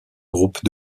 groupe